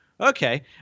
Okay